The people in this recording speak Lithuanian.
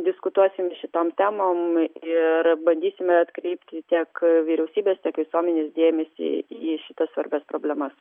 diskutuosim šitom temom ir bandysime atkreipti tiek vyriausybės tiek visuomenės dėmesį į šitas svarbias problemas